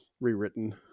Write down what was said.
rewritten